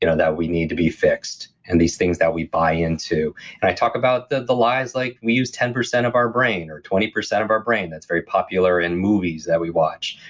you know that we need to be fixed, and these things that we buy into and i talk about the the lies like we use ten percent of our brain or twenty percent of our brain. that's very popular in movies that we watch,